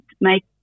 make